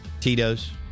Tito's